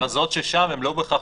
ההכרזות ששם הן לא בהכרח,